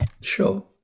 sure